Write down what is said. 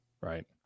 right